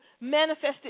manifested